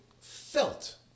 felt